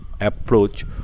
approach